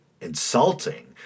insulting